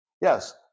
Yes